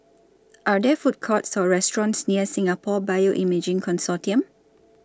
Are There Food Courts Or restaurants near Singapore Bioimaging Consortium